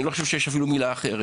אני לא חושב שיש לזה מילה אחרת,